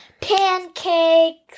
Pancakes